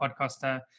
podcaster